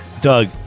Doug